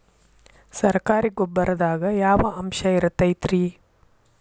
ಸರಕಾರಿ ಗೊಬ್ಬರದಾಗ ಯಾವ ಅಂಶ ಇರತೈತ್ರಿ?